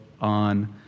on